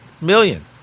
million